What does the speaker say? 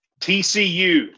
TCU